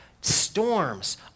storms